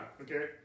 Okay